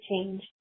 change